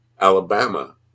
Alabama